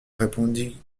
répondit